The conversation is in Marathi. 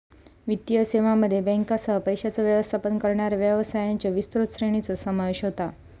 वित्तीय सेवांमध्ये बँकांसह, पैशांचो व्यवस्थापन करणाऱ्या व्यवसायांच्यो विस्तृत श्रेणीचो समावेश होता